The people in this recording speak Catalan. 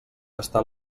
està